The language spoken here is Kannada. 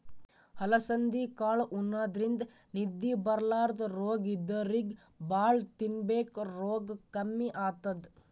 ಅಲಸಂದಿ ಕಾಳ್ ಉಣಾದ್ರಿನ್ದ ನಿದ್ದಿ ಬರ್ಲಾದ್ ರೋಗ್ ಇದ್ದೋರಿಗ್ ಭಾಳ್ ತಿನ್ಬೇಕ್ ರೋಗ್ ಕಮ್ಮಿ ಆತದ್